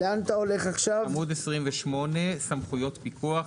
אני עובר לסעיף 14מ בעמוד 28, סמכויות פיקוח.